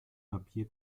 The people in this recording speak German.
papier